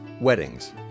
Weddings